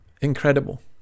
Incredible